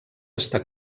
està